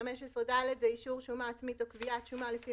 15(ד) זה אישור שומה עצמית או קביעת שומה לפי